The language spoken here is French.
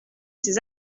ces